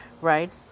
Right